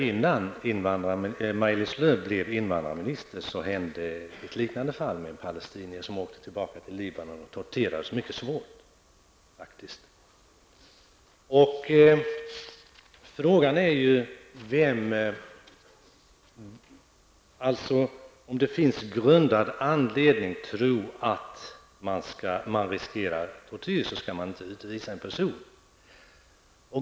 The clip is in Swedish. Innan Maj-Lis Lööw blev invandrarminister inträffade någonting liknande med en palestinier som återvände till Libanon och som faktiskt torterades mycket svårt. Finns det grundad anledning att tro att det finns risk för tortyr skall en person inte utvisas.